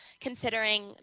considering